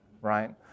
right